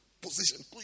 position